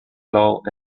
laws